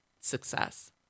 success